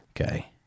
Okay